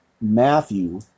Matthew